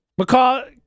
McCall